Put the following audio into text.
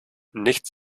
nicht